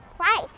right